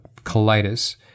colitis